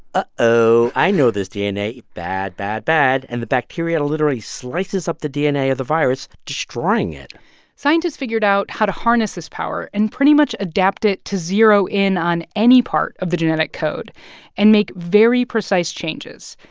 ah i know this dna. bad, bad, bad. and the bacteria literally slices up the dna of the virus, destroying it scientists figured out how to harness this power and pretty much adapt it to zero in on any part of the genetic code and make very precise changes.